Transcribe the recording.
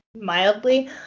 mildly